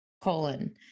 colon